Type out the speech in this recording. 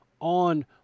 on